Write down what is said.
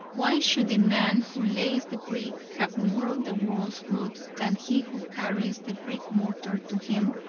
why should the man who lays the brick have more of the world's goods than he who carries the brick mortar to him?